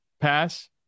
pass